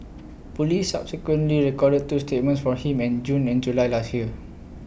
Police subsequently recorded two statements from him in June and July last year